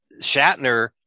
Shatner